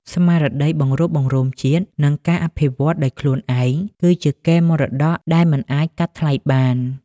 ស្មារតីបង្រួបបង្រួមជាតិ និងការអភិវឌ្ឍដោយខ្លួនឯង គឺជាកេរមរតកដែលមិនអាចកាត់ថ្លៃបាន។